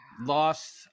lost